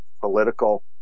political